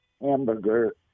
hamburger